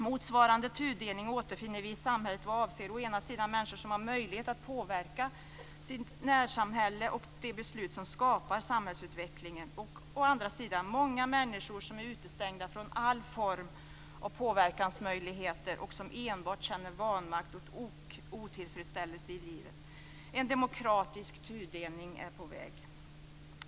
Motsvarande tudelning återfinner vi i samhället vad avser å ena sidan människor som har möjlighet att påverka sitt närsamhälle och de beslut som skapar samhällsutvecklingen, och å andra sidan många människor som är utestängda från all form av påverkansmöjligheter och som enbart känner vanmakt och otillfredsställelse i livet. En demokratisk tudelning är på väg.